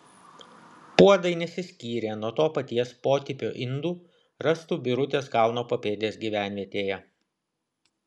puodai nesiskyrė nuo to paties potipio indų rastų birutės kalno papėdės gyvenvietėje